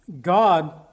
God